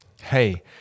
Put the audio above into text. hey